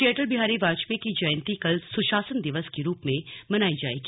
श्री अटल बिहारी वाजपेयी की जयंती कल सुशासन दिवस के रूप में मनाई जायेगी